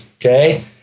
Okay